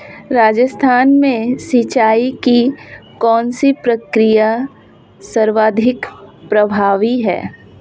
राजस्थान में सिंचाई की कौनसी प्रक्रिया सर्वाधिक प्रभावी है?